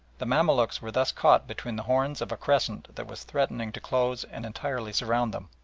the mamaluks were thus caught between the horns of a crescent that was threatening to close and entirely surround them.